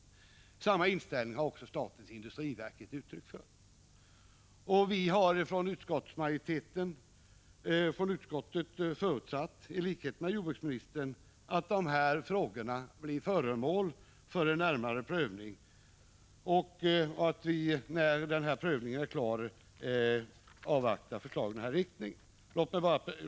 Samma inställning har också statens industriverk gett uttryck för. Utskottsmajoriteten har i likhet med jordbruksministern förutsatt att de här frågorna blir föremål för en närmare prövning och att, när prövningen är klar, förslag i denna riktning avvaktas.